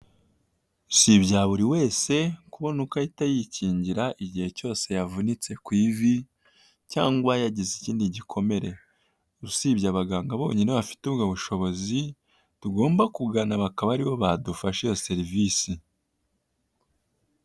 Si ibya buri wese kubona uko ahita yikingira igihe cyose yavunitse ku ivi cyangwa yagize ikindi gikomere, usibye abaganga bonyine bafite ubwo bushobozi tugomba kugana bakaba aribo badufasha iyo serivisi.